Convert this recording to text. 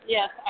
Yes